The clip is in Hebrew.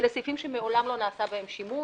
אלה סעיפים שמעולם לא נעשה בהם שימוש.